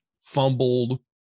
fumbled